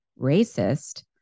racist